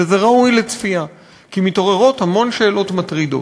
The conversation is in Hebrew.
וזה ראוי לצפייה, כי מתעוררות המון שאלות מטרידות.